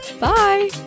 Bye